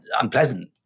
Unpleasant